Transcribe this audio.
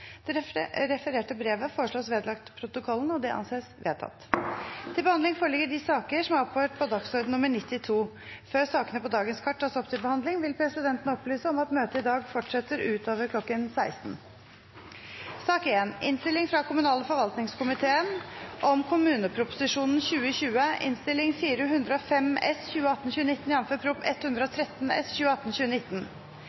1200.» Dette refererte brevet foreslås vedlagt protokollen. – Det anses vedtatt. Før sakene på dagens kart tas opp til behandling, vil presidenten opplyse om at møtet i dag fortsetter utover kl. 16. Etter ønske fra kommunal- og forvaltningskomiteen vil presidenten foreslå at debatten blir begrenset til 1 time og